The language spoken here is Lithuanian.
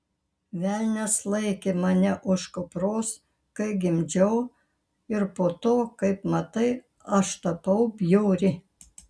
velnias laikė mane už kupros kai gimdžiau ir po to kaip matai aš tapau bjauri